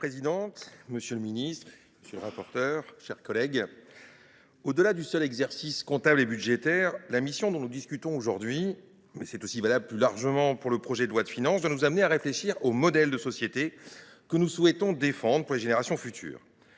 Madame la présidente, monsieur le ministre, mes chers collègues, au delà du seul exercice comptable et budgétaire, la mission dont nous discutons aujourd’hui – c’est également valable plus largement pour le projet de loi de finances – doit nous amener à réfléchir au modèle de société que nous souhaitons défendre pour les générations futures.